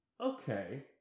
okay